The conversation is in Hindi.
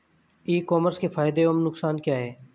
ई कॉमर्स के फायदे एवं नुकसान क्या हैं?